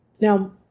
Now